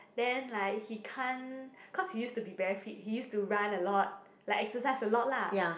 then like he can't cause he used to be very fit he used to run a lot like exercise a lot lah